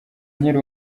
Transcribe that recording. nkiri